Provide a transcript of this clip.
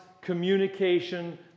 communication